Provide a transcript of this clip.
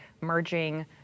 merging